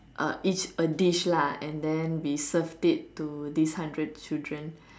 uh each a dish lah and then we served it to these hundred children